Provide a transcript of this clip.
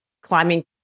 climbing